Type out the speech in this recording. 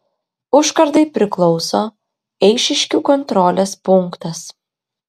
užkardai priklauso eišiškių kontrolės punktas